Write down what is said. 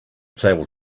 table